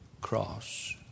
cross